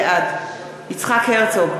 בעד יצחק הרצוג,